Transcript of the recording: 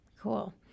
Cool